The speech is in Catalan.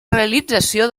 realització